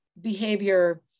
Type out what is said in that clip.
behavior